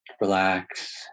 relax